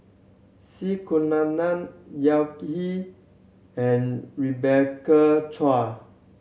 Z Kunalan Yao Zi and Rebecca Chua